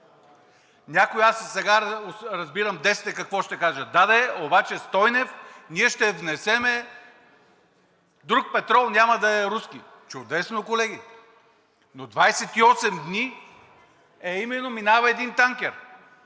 Аз сега разбирам десните какво ще кажат: да де, обаче, Стойнев, ние ще внесем друг петрол – няма да е руски! Чудесно, колеги, но 28 дни именно минава един танкер,